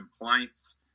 complaints